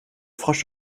frosch